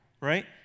right